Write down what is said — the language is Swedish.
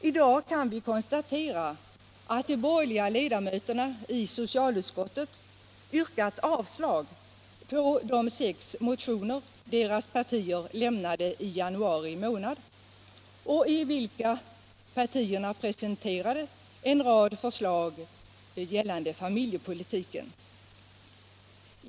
I dag kan vi konstatera att de borgerliga ledamöterna i socialutskottet yrkat avslag på de sex motioner som deras partier lämnade i januari månad och i vilka partierna presenterade en rad förslag gällande familjepolitiken.